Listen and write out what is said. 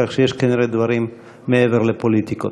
כך שיש כנראה דברים מעבר לפוליטיקות.